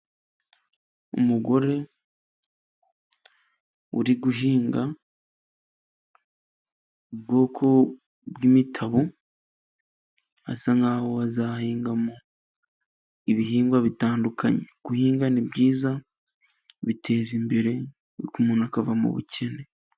Umugore uri guhinga ubwoko bw'imitabo, asa nk'aho bazahingamo ibihingwa bitandukanye. Guhinga ni byiza, biteza imbere umuntu akava mu bukene.